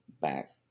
back